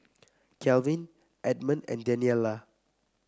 Kalvin Edmon and Daniella